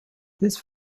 this